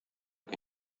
que